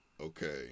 okay